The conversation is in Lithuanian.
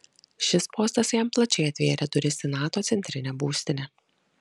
šis postas jam plačiai atvėrė duris į nato centrinę būstinę